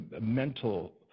mental